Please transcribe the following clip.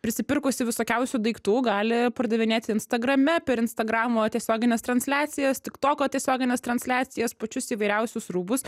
prisipirkusi visokiausių daiktų gali pardavinėti instagrame per instagramo tiesiogines transliacijas tik toko tiesiogines transliacijas pačius įvairiausius rūbus